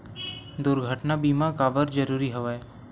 दुर्घटना बीमा काबर जरूरी हवय?